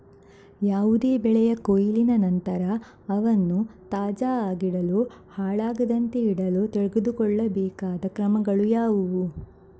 ಯಾವುದೇ ಬೆಳೆಯ ಕೊಯ್ಲಿನ ನಂತರ ಅವನ್ನು ತಾಜಾ ಆಗಿಡಲು, ಹಾಳಾಗದಂತೆ ಇಡಲು ತೆಗೆದುಕೊಳ್ಳಬೇಕಾದ ಕ್ರಮಗಳು ಯಾವುವು?